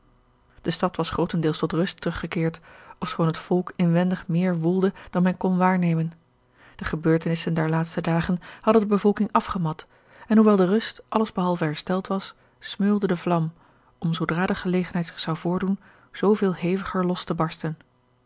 de stad was grootendeels tot rust teruggekeerd ofschoon het volk inwendig meer woelde dan men kon waarnemen de gebeurtenissen der laatste dagen hadden de bevolking afgemat en hoewel de rust alles behalve hersteld was smeulde de vlam om zoodra de gelegenheid zich zou voor doen zooveel heviger los te barsten